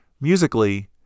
Musically